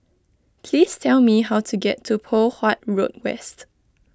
please tell me how to get to Poh Huat Road West